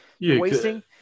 wasting